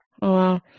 Wow